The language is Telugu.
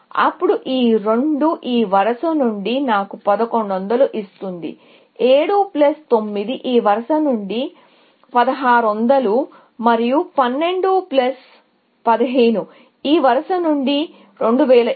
అప్పుడు ఈ రెండు ఈ వరుస నుండి నాకు 1100 ఇస్తుంది 7 9 ఈ వరుస నుండి 1600 మరియు 12 15 ఇది ఈ వరుస నుండి 2700